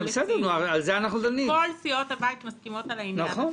שבה כל סיעות הבית מסכימות על העניין הזה.